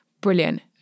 brilliant